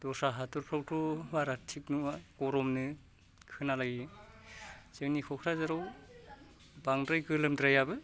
दस्रा हादोरफ्रावथ' बारा थिक नङा गरमनो खोनालायो जोंनि क'क्राझाराव बांद्राय गोलोमद्रायाबो